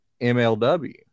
MLW